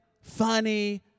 funny